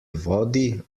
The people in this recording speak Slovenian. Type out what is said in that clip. vodi